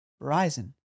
Verizon